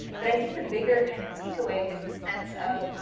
but i think the bigger kind of takeaway is the sense of